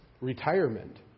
retirement